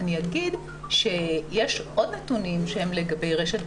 אגיד שיש עוד נתונים שהם לגבי רשת בכלל,